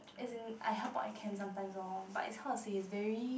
as in I helped out in camps sometimes lor but is how to say it's very